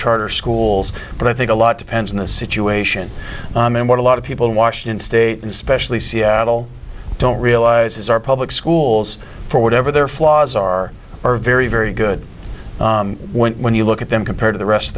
charter schools but i think a lot depends on the situation and what a lot of people in washington state especially seattle don't realize is our public schools for whatever their flaws are are very very good when you look at them compared to the rest of